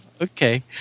Okay